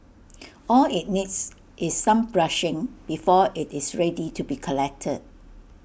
all IT needs is some brushing before IT is ready to be collected